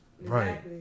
Right